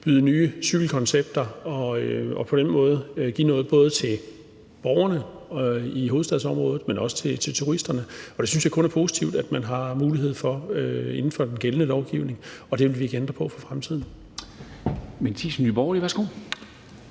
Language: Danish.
byder på nye cykelkoncepter og på den måde giver noget til både borgerne i hovedstadsområdet, men også til turisterne. Det synes jeg kun er positivt at man har mulighed for det inden for den gældende lovgivning. Og det vil vi ikke ændre i fremtiden.